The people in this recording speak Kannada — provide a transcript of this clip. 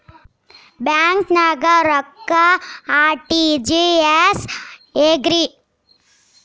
ಬ್ಯಾಂಕ್ದಾಗ ರೊಕ್ಕ ಆರ್.ಟಿ.ಜಿ.ಎಸ್ ಹೆಂಗ್ರಿ?